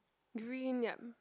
green yep